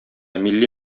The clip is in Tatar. милли